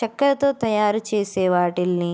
చక్కరతో తయారు చేసే వాటిల్ని